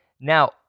now